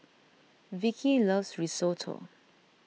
Vickey loves Risotto